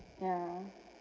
yeah